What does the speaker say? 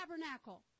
tabernacle